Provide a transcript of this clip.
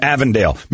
Avondale